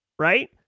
Right